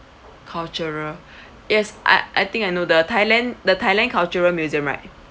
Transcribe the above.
cultural yes I I think I know the thailand the thailand cultural museum right